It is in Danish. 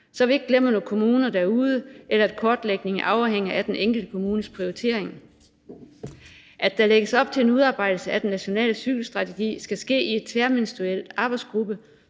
så vi ikke glemmer nogle kommuner derude, eller at kortlægningen afhænger af den enkelte kommunes prioritering; at der lægges op til, at en udarbejdelse af den nationale cykelstrategi skal ske i en tværministeriel arbejdsgruppe,